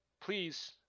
please